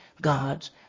God's